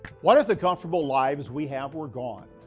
what if the comfortable lives we have were gone?